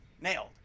nailed